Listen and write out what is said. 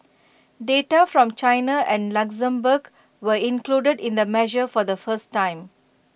data from China and Luxembourg were included in the measure for the first time